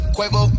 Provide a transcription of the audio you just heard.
Quavo